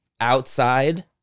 outside